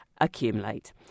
accumulate